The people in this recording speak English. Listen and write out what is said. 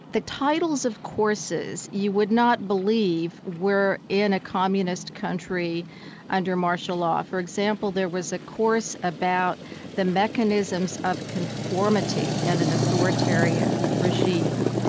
titles of courses you would not believe were in a communist country under martial law. for example, there was a course about the mechanisms of conformity and an authoritarian regime.